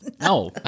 no